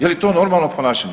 Je li to normalno ponašanje?